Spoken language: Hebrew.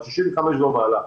או 65 ומעלה,